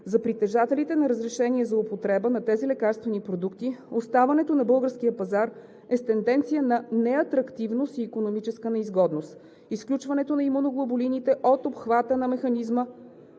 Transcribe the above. За притежателите на разрешения за употреба на тези лекарствени продукти оставането на българския пазар е тенденция на неатрактивност и икономическа неизгодност. Изключването на имуноглобулините от обхвата на механизма,